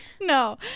No